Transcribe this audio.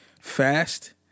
fast